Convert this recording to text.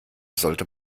sollte